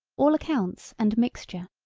all accounts and mixture,